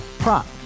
Prop